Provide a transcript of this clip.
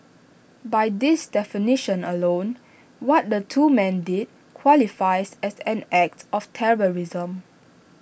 by this definition alone what the two men did qualifies as an act of terrorism